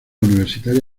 universitaria